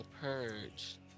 purge